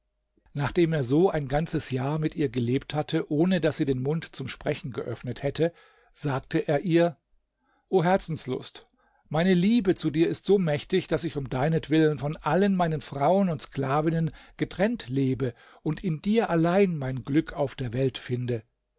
nachdem er so ein ganzes jahr mit ihr gelebt hatte ohne daß sie den mund zum sprechen geöffnet hätte sagte er ihr o herzenslust meine liebe zu dir ist so mächtig daß ich um deinetwillen von allen meinen frauen und sklavinnen getrennt lebe und in dir allein mein glück auf der welt finde